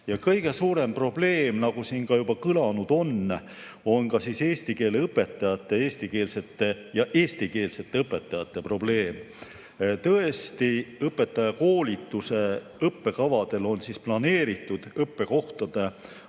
Kõige suurem probleem, nagu siin juba kõlanud on, on eesti keele õpetajate ja eestikeelsete õpetajate probleem. Tõesti, õpetajakoolituse õppekavadel on planeeritud õppekohtade arvu